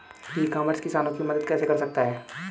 ई commerce किसानों की मदद कैसे कर सकता है?